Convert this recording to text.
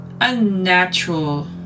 unnatural